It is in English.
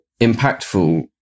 impactful